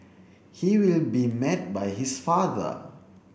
he will be met by his father